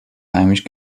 heimisch